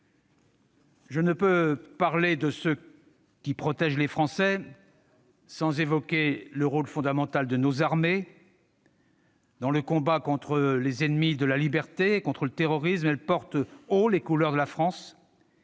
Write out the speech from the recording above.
Je ne puis parler de ceux qui protègent les Français sans évoquer le rôle fondamental de nos armées. Dans le combat contre les ennemis de la liberté et contre le terrorisme, elles portent haut les couleurs de la France.